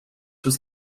was